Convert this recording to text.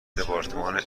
دپارتمان